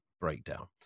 breakdown